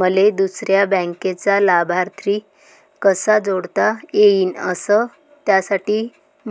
मले दुसऱ्या बँकेचा लाभार्थी कसा जोडता येईन, अस त्यासाठी